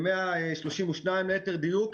זה 132, ליתר דיוק.